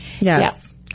Yes